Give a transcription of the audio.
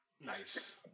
Nice